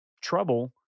trouble